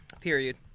Period